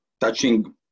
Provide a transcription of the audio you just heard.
touching